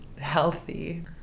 healthy